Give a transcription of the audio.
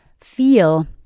feel